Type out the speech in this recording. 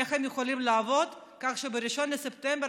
איך הם יכולים לעבוד כך שב-1 בספטמבר